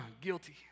Guilty